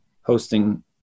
hosting